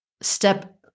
step